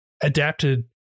adapted